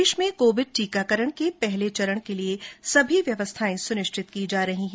प्रदेश में कोविड टीकाकरण के पहले चरण के लिये सभी व्यवस्थायें सुनिश्चित की जा रही हैं